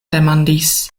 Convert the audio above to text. demandis